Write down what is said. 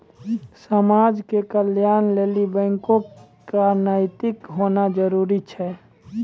समाज के कल्याणों लेली बैको क नैतिक होना जरुरी छै